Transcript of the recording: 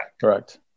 Correct